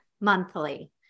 monthly